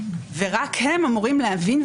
ורק הם אמורים להבין,